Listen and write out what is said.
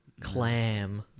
Clam